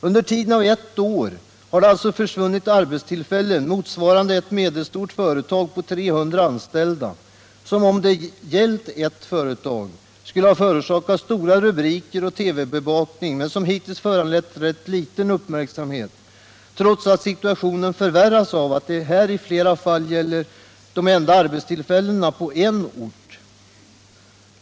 Under ett år har det alltså försvunnit arbetstillfällen, motsvarande ett medelstort företag på 300 anställda, som om det gällt ert företag skulle ha förorsakat stora rubriker och TV-bevakning, men som hittills föranlett rätt liten uppmärksamhet, trots att situationen förvärras av att det här i flera fall gäller de enda arbetstillfällena på en ort.